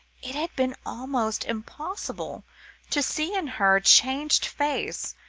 it had been almost impossible to see in her changed face,